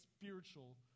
spiritual